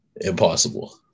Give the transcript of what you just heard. Impossible